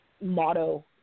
motto